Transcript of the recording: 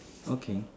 okay